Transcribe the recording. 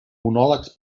monòlegs